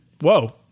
Whoa